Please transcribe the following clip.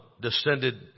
descended